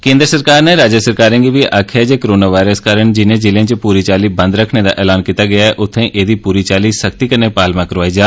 केंद्र नै राज्य सरकारें गी आक्खेया ऐ जे कोरोना वायरस कारण जिनें जिलें च पूरी चाल्ली बंद रक्खने दा ऐलान कीता गेदा ऐ उत्थें ऐहदी पूरी चाल्ली सख्ती कन्नै पालमा करौआई जा